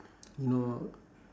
you know